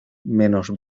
menos